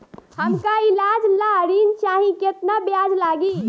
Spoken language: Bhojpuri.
हमका ईलाज ला ऋण चाही केतना ब्याज लागी?